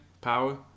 Power